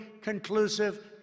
conclusive